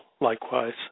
likewise